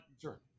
sure